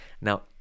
now